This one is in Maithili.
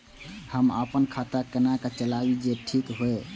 हम अपन खाता केना चलाबी जे ठीक होय?